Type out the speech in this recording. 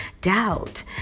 doubt